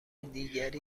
دیگری